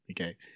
Okay